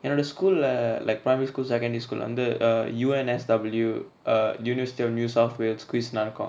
என்னோட:ennoda school lah like primary school secondary school under U_N_S_W err university of new south wales quiz lah இருக்கு:iruku